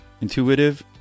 intuitive